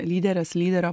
lyderes lyderio